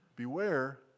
beware